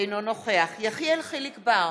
אינו נוכח יחיאל חיליק בר,